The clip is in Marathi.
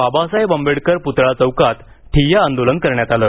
बाबासाहेब आंबेडकर पुतळा चौकात ठिय्या आंदोलन करण्यात आलं